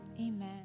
amen